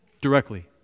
directly